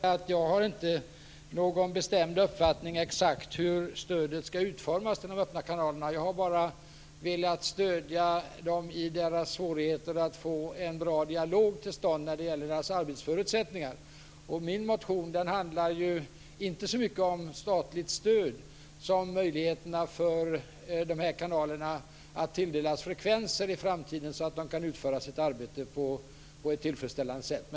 Fru talman! Jag har ingen bestämd uppfattning om hur stödet till de öppna kanalerna exakt ska utformas. Jag har bara velat stödja dem i deras ansträngningar att få till stånd en bra dialog om deras arbetsförutsättningar. Min motion handlar inte så mycket om statligt stöd som om möjligheterna för de här kanalerna att i framtiden bli tilldelade frekvenser, så att de kan utföra sitt arbete på ett tillfredsställande sätt.